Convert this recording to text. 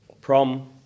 prom